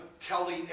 telling